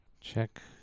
Check